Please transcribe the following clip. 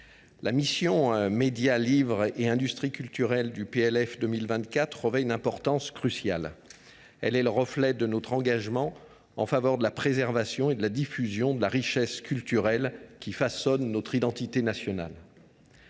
la mission « Médias, livre et industries culturelles » du PLF 2024 revêt une importance cruciale. Elle est le reflet de notre engagement en faveur de la préservation et de la diffusion de la richesse culturelle qui façonne notre identité nationale.